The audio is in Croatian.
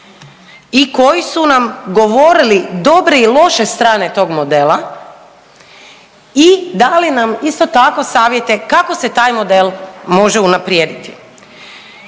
i koji su nam govorili dobre i loše strane tog modela i dali nam isto tako savjete kako se taj model može unaprijediti.